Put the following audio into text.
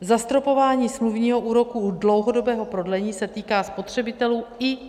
Zastropování smluvního úroku u dlouhodobého prodlení se týká spotřebitelů i OSVČ.